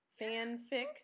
fanfic